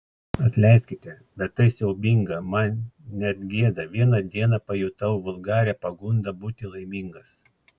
atleiskite bet tai siaubinga man net gėda vieną dieną pajutau vulgarią pagundą būti laimingas